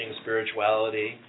spirituality